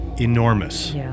enormous